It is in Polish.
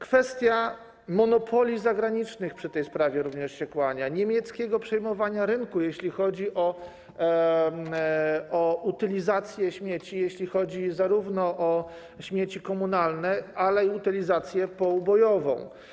Kwestia monopoli zagranicznych przy tej sprawie również się kłania, niemieckiego przejmowania rynku, jeśli chodzi o utylizację śmieci, jeśli chodzi zarówno o śmieci komunalne, jak i o utylizację poubojową.